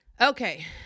Okay